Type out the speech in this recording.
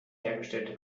hergestellte